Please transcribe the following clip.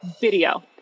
video